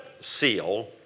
seal